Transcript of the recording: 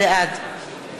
בעד